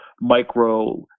micro